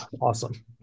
Awesome